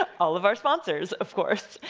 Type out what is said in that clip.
all of our sponsors, of course.